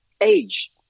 age